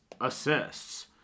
assists